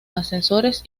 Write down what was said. ascensores